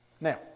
Now